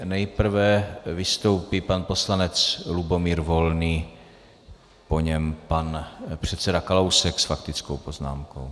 Nejprve vystoupí pan poslanec Lubomír Volný, po něm pan předseda Kalousek s faktickou poznámkou.